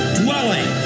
dwelling